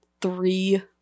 three